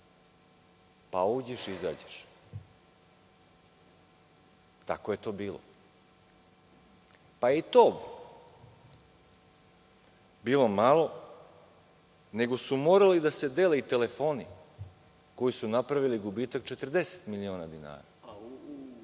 pa uđeš-izađeš. Tako je to bilo. I to je bilo malo, nego su morali da se dele i telefoni koji su napravili gubitak od 40 miliona dinara.